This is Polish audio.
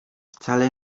wcale